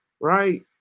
right